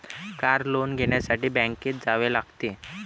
car loan घेण्यासाठी बँकेत जावे लागते